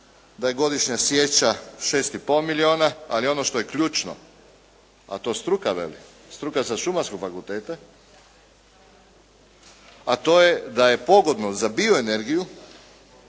da je godišnja sječa 6,5 milijuna, ali ono što je ključno, a to struka veli, struka sa Šumarskog fakulteta, a to je da je pogodno za bio energiju,